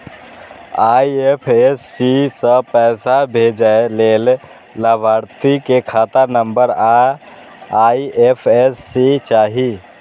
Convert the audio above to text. IFSC सं पैसा भेजै लेल लाभार्थी के खाता नंबर आ आई.एफ.एस.सी चाही